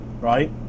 right